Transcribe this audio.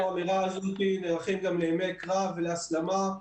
אנחנו נערכים גם לימי קרב ולהסלמה.